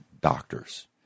doctors